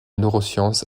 neurosciences